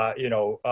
you know,